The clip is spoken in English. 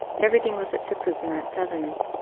everything was at sixes and at sevens.